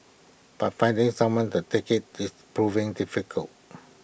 but finding someone to take IT is proving difficult